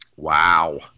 Wow